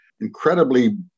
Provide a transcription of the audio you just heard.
incredibly